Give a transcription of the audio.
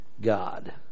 God